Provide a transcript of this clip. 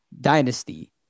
dynasty